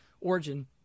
Origin